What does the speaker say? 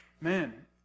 man